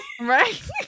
right